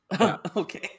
okay